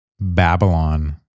Babylon